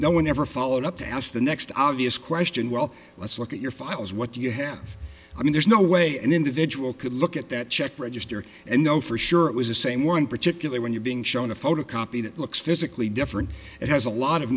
no one ever followed up to ask the next obvious question well let's look at your files what you have i mean there's no way an individual could look at that check register and know for sure it was the same one particularly when you're being shown a photocopy that looks physically different it has a lot of